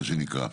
מה שנקרא.